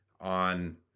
on